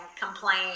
complain